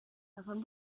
davon